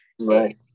right